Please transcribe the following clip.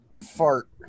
fart